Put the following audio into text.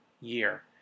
year